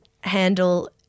handle